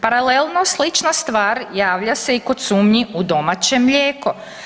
Paralelno slična stvar javlja se i kod sumnji u domaće mlijeko.